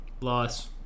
Loss